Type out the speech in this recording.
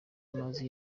amazi